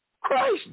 christ